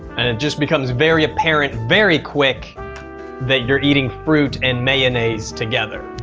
and it just becomes very apparent very quick that you're eating fruit and mayonnaise together.